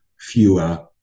fewer